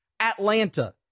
Atlanta